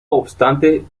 obstante